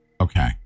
okay